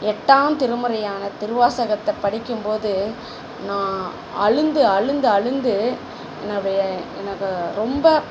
எட்டாம் திருமுறையான திருவாசகத்தை படிக்கும் போது நான் விழுந்து அழுந்து அழுந்து என்னுடைய எனக்கு ரொம்ப